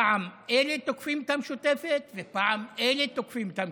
פעם אלה תוקפים את המשותפת ופעם אלה תוקפים את המשותפת.